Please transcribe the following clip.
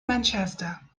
manchester